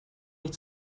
mich